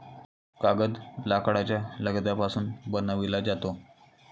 कागद लाकडाच्या लगद्यापासून बनविला जातो